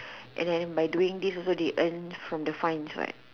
and then by doing this they also earn from the fines what